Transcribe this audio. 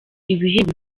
ibihembo